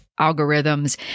algorithms